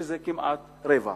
שזה כמעט רבע,